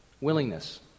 Willingness